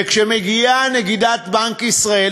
ומגיעה נגידת בנק ישראל,